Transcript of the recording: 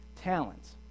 talents